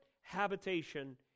habitation